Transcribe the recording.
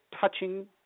touching